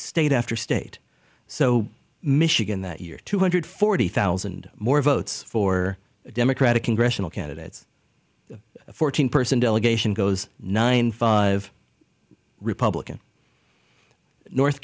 state after state so michigan that year two hundred forty thousand more votes for democratic congressional candidates fourteen person delegation goes nine five republican north